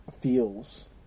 feels